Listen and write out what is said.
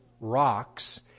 rocks